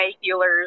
healers